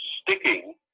sticking